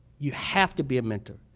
you have to be a mentor.